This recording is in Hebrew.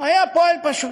היה פועל פשוט.